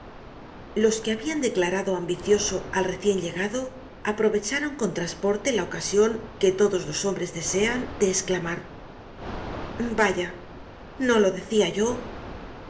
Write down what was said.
los que habian declarado ambicioso al recien llegado aprovecharon con trasporte la ocasion que todos los hombres desean de esclamar vaya no lo decia yo